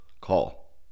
call